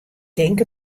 tink